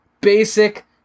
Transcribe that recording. basic